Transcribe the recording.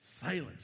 Silence